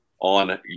on